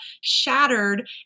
shattered